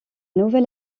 nouvel